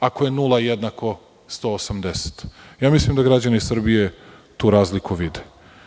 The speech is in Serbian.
ako je nula jednako 180. Mislim da građani Srbije tu razliku